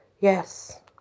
Yes